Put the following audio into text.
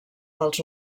dels